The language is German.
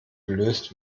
gelöst